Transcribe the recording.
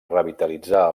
revitalitzar